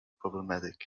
problematic